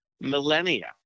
millennia